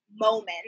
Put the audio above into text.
moment